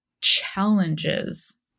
challenges